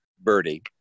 Birdie